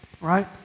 Right